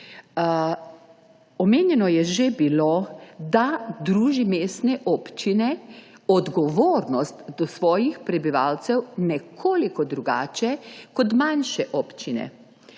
Omenjeno je že bilo, da druži mestne občine odgovornost do svojih prebivalcev nekoliko drugače kot manjše občine.